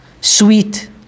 sweet